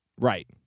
Right